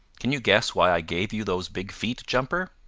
can you guess why i gave you those big feet, jumper?